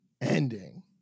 ending